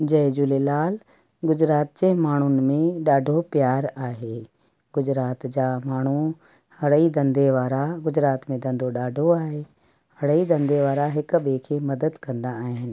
जय झूलेलाल गुजरात जे माण्हुनि में ॾाढो प्यार आहे गुजरात जा माण्हू हड़ई धंधे वारा गुजरात में धंधो ॾाढो आहे हड़ई धंधे वारा हिक ॿिएं खे मदद कंदा आहिनि